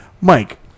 Mike